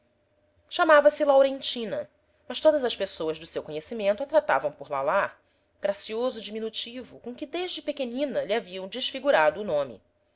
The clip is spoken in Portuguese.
vizinha chamava-se laurentina mas todas as pessoas do seu conhecimento a tratavam por lalá gracioso diminutivo com que desde pequenina lhe haviam desfigurado o nome